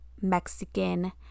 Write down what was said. Mexican